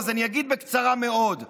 אז אני אגיד בקצרה מאוד: